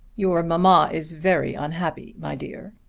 your mamma is very unhappy, my dear,